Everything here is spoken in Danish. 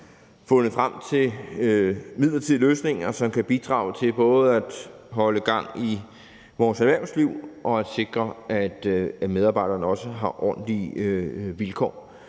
fundet frem til midlertidige løsninger, som kan bidrage til både at holde gang i vores erhvervsliv og at sikre, at medarbejderne også har ordentlige vilkår.